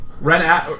Ren